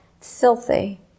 filthy